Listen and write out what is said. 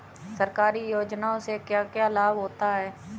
सरकारी योजनाओं से क्या क्या लाभ होता है?